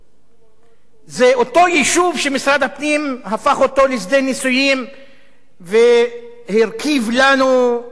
זה אותו יישוב שמשרד הפנים הפך אותו לשדה ניסויים והרכיב לנו שני ראשים,